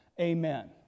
Amen